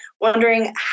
wondering